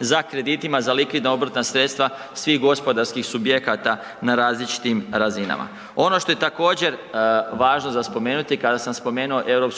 za kreditima za likvidna obrtna sredstva svih gospodarskih subjekata na različitim razinama. Ono što je također važno za spomenuti kada sam spomenuo EU.